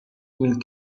will